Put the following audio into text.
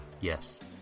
yes